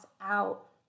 out